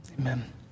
Amen